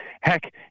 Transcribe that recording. Heck